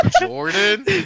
Jordan